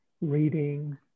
reading